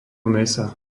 mäsa